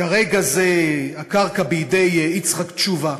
כרגע הקרקע בידי יצחק תשובה,